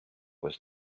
was